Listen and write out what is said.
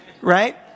Right